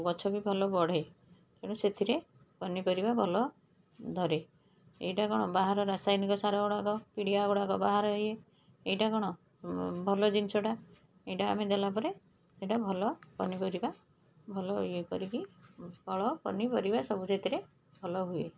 ଗଛ ବି ଭଲ ବଢ଼େ ତେଣୁ ସେଥିରେ ପନିପରିବା ଭଲ ଧରେ ଏଇଟା କ'ଣ ବାହାର ରାସାୟନିକ ସାର ଗୁଡ଼ାକ ପିଡ଼ିଆ ଗୁଡ଼ାକ ବାହାର ଇଏ ଏଇଟା କ'ଣ ଭଲ ଜିନିଷଟା ଏଇଟା ଆମେ ଦେଲାପରେ ଏଇଟା ଭଲ ପନିପରିବା ଭଲ ଇଏ କରିକି ଫଳ ପନିପରିବା ସବୁ ସେଥିରେ ଭଲ ହୁଏ